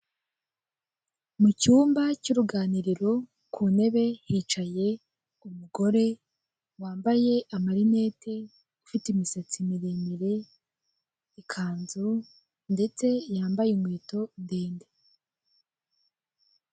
Mu cyumba cy'uruganiriro, hicaye umugore wambaye amarinete ufite imisatsi miremire, ikanzu, ndetse yambaye inkweto ndende.